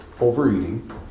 overeating